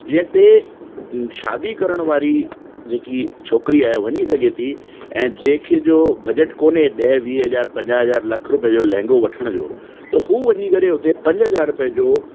जीअं ते शादी करण वारी जेकी छोकरी आए वञी सघेती ऐं जे के जो बजेट कोने ॾह वीह हज़ार पंजाह हज़ार लख रुपए जो लहेंगो वठण जो त हू वञी करे हुते पंज हज़ार रुपए जो